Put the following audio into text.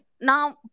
Now